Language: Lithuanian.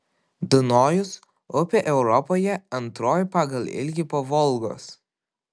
dunojus upė europoje antroji pagal ilgį po volgos